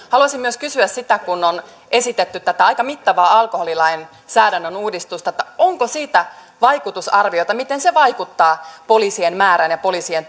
haluaisin myös kysyä sitä kun on esitetty tätä aika mittavaa alkoholilainsäädännön uudistusta onko siitä vaikutusarviota miten se vaikuttaa poliisien määrään ja poliisien